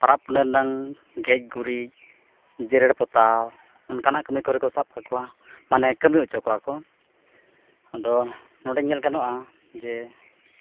ᱯᱚᱨᱚᱵᱽ ᱯᱩᱱᱟᱹᱭ ᱨᱮᱭᱟᱜ ᱜᱮᱡ ᱜᱩᱨᱤᱡ ᱡᱮᱨᱮᱲ ᱯᱚᱛᱟᱣ ᱚᱱᱠᱟᱱᱟᱜ ᱠᱟᱹᱢᱤ ᱠᱚᱨᱮ ᱠᱚ ᱥᱟᱵ ᱠᱟᱠᱚᱣᱟ ᱢᱟᱱᱮ ᱠᱟᱹᱢᱤ ᱦᱚᱪᱚ ᱠᱚᱣᱟ ᱠᱚ ᱟᱫᱚ ᱱᱚᱸᱰᱮ ᱧᱮᱞ ᱜᱟᱱᱚᱜᱼᱟ ᱡᱮ